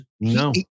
No